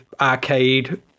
arcade